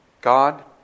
God